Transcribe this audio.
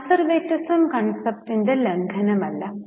conservatism കൺസെപ്റ്റിൻറെ ലംഘനമല്ല